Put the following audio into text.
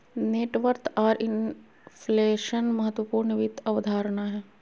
net worth आर inflation महत्वपूर्ण वित्त अवधारणा हय